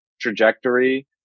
trajectory